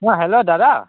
অঁ হেল্ল' দাদা